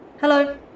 Hello